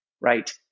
right